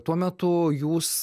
tuo metu jūs